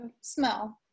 smell